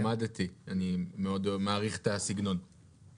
אני גם למדתי ואני מאוד מעריך את הסגנון.